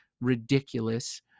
ridiculous